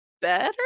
better